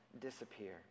disappear